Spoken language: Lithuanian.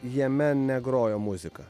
jame negrojo muzika